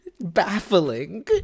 baffling